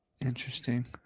Interesting